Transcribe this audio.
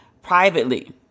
privately